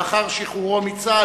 לאחר שחרורו מצה"ל,